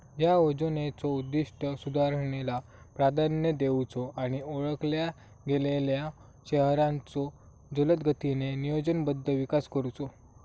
या योजनेचो उद्दिष्ट सुधारणेला प्रोत्साहन देऊचो आणि ओळखल्या गेलेल्यो शहरांचो जलदगतीने नियोजनबद्ध विकास करुचो